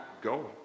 go